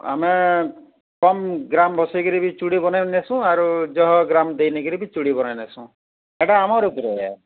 ଆମେ କମ ଗ୍ରାମ ବସେଇକିରି ବି ଚୁଡ଼ି ବନେଇ ନ ଆସୁ ଆରୁ ଯହ ଗ୍ରାମ ଦେଇକରି ବି ଚୁଡ଼ି ବନେଇ ନେଇ ଆସୁ ସେଟା ଆମର ଉପରେ